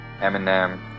Eminem